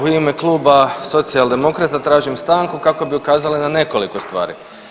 U ime kluba Socijaldemokrata tražim stanku kako bi ukazali na nekoliko stvari.